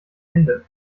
hände